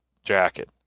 jacket